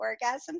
orgasm